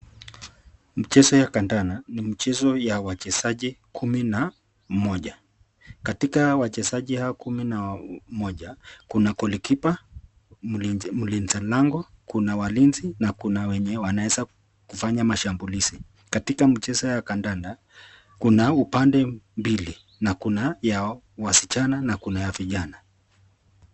Mchezo ya kandanda ni mchezo ya wachezaji kumi na mmoja. Katika wachezaji hao kumi na mmoja kuna goli kipa, mlinzi lango, kuna walinzi na kuna wenye wanaeza kufanya mashambulizi. Katika mchezo ya kadada kuna upande mbili na kuna ya wasichana na kuna ya vijana.